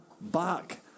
back